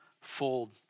fold